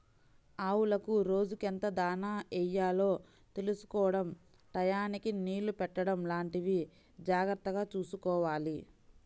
ఆవులకు రోజుకెంత దాణా యెయ్యాలో తెలుసుకోడం టైయ్యానికి నీళ్ళు పెట్టడం లాంటివి జాగర్తగా చూసుకోవాలి